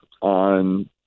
on